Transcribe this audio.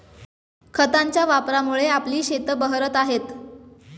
खतांच्या वापरामुळे आपली शेतं बहरत आहेत